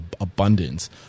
abundance